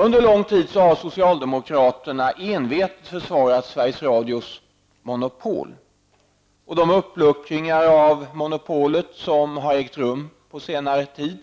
Under lång tid har socialdemokraterna envetet försvarat Sveriges Radios monopol. De uppluckringar av monopolet som har ägt rum på senare tid